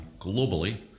globally